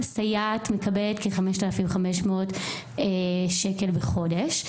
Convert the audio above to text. מסייעת מקבלת כ-5500 שקל בחודש,